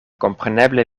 kompreneble